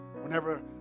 Whenever